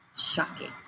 shocking